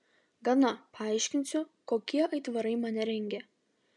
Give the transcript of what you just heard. gana paaiškinsiu kokie aitvarai mane rengia